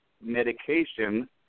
medication